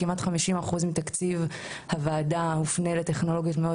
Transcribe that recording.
כמעט 50% מתקציב הוועדה הופנה לטכנולוגיות מאוד